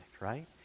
right